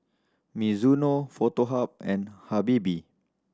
Mizuno Foto Hub and Habibie